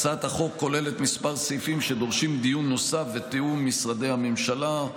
הצעת החוק כוללת כמה סעיפים שדורשים דיון נוסף בתיאום עם משרדי הממשלה,